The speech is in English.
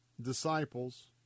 disciples